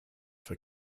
for